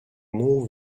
more